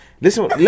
Listen